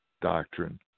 doctrine